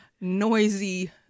noisy